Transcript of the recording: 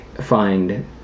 find